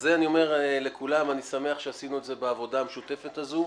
אני אומר לכולם: אני שמח שעשינו את זה בעבודה המשותפת הזו.